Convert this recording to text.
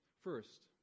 First